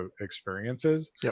experiences